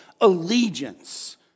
allegiance